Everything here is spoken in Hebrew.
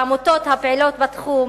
העמותות הפעילות בתחום,